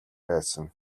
байсан